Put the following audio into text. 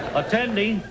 attending